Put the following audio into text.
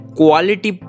quality